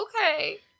Okay